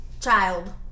child